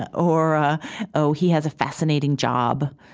ah or or oh, he has a fascinating job.